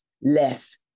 less